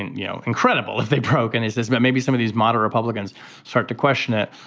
you know incredible if they broke and is this but maybe some of these modern republicans start to question it.